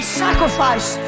sacrifice